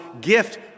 gift